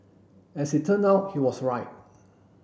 as it turned out he was right